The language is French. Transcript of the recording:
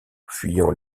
fuyant